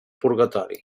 purgatori